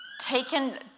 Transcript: taken